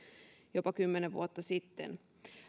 jopa kymmenen vuotta sitten